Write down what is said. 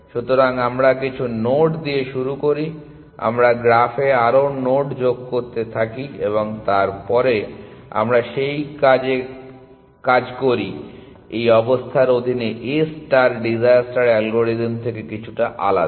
সুতরাং আমরা কিছু নোড দিয়ে শুরু করি আমরা গ্রাফে আরও নোড যোগ করতে থাকি এবং তারপরে আমরা সেই সাথে কাজ করি এই অবস্থার অধীনে A ষ্টার ডিজাস্টার অ্যালগরিদম থেকে কিছুটা আলাদা